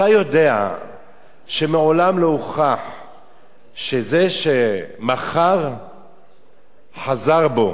אתה יודע שמעולם לא הוכח שזה שמכר חזר בו.